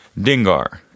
Dingar